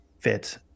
fit